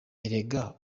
erega